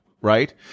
right